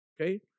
Okay